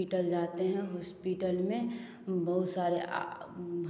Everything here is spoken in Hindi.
हॉस्पिटल जाते हैं अस्पताल में बहुत सारे